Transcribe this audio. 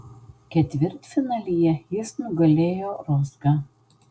ketvirtfinalyje jis nugalėjo rozgą